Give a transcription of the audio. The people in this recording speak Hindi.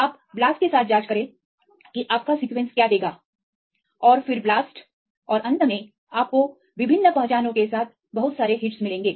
आप BLAST के साथ जाँच करें कि आपका सीक्वेंस क्या देगा और फिर BLAST और अंत में आपको विभिन्न पहचानों के साथ बहुत सारे हिटस मिलेंगे